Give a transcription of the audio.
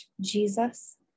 Jesus